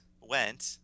went